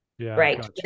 Right